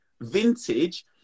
Vintage